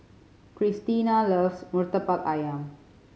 Christena loves Murtabak Ayam